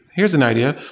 here's an idea.